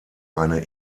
eine